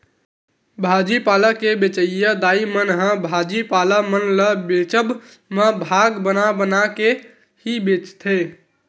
भाजी पाल के बेंचइया दाई मन ह भाजी पाला मन ल बेंचब म भाग बना बना के ही बेंचथे